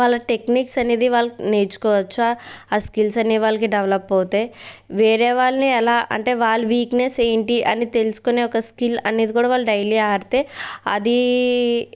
వాళ్ళ టెక్నిక్స్ అనేది వాళ్ళు నేర్చుకోవచ్చు ఆ స్కిల్స్ అనేవి వాళ్ళకి డెవలప్ అవుతాయి వేరే వాళ్ళని ఎలా అంటే వాళ్ళు వీక్నెస్ ఏంటి అని తెలుసుకునే ఒక స్కిల్ అనేది కూడా వాళ్ళు డైలీ ఆడితే అదీ